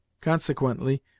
Consequently